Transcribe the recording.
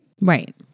Right